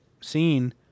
scene